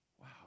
Wow